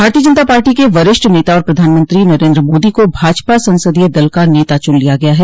भारतीय जनता पार्टी के वरिष्ठ नेता और प्रधानमंत्री नरेन्द्र मोदी को भाजपा संसदीय दल का नेता चून लिया गया है